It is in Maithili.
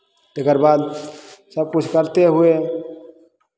तकर बाद सभकिछु करते हुए